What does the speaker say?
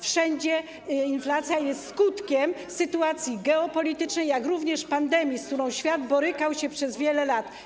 Wszędzie inflacja jest skutkiem sytuacji geopolitycznej, jak również pandemii, z którą świat borykał się przez wiele lat.